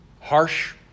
harsh